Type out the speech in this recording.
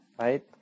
right